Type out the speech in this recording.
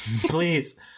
please